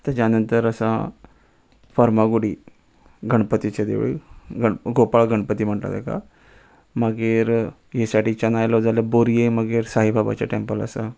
तेज्या नंतर आसा फर्मागुडी गणपतीचे देवळी गण गोपाळ गणपती म्हणटा तेका मागीर हेडीच्यान आयलो जाल्यार बोरये मागीर साईबाबाचे टेंपल आसा